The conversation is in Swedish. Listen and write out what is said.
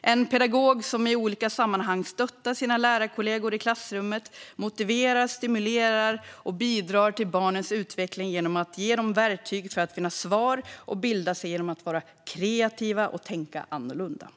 Det är en pedagog som i olika sammanhang stöttar sina lärarkollegor i klassrummet och motiverar, stimulerar och bidrar till barnens utveckling genom att ge dem verktyg för att finna svar och bilda sig genom att vara kreativa och tänka annorlunda.